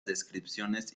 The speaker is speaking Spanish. descripciones